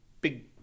big